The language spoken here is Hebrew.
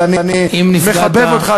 אבל אני מכבד אותך,